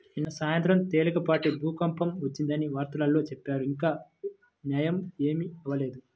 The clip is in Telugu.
నిన్న సాయంత్రం తేలికపాటి భూకంపం వచ్చిందని వార్తల్లో చెప్పారు, ఇంకా నయ్యం ఏమీ అవ్వలేదు